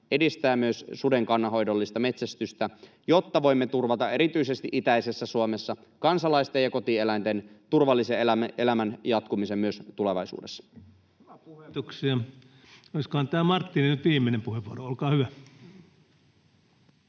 edistää myös suden kannanhoidollista metsästystä, jotta voimme turvata erityisesti itäisessä Suomessa kansalaisten ja kotieläinten turvallisen elämän jatkumisen myös tulevaisuudessa. Kiitoksia. — Olisikohan tämä, Marttinen, nyt viimeinen puheenvuoro? — Olkaa hyvä.